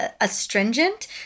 astringent